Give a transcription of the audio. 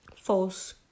false